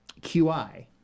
QI